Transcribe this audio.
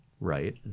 right